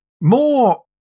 More